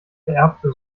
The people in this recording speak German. vererbte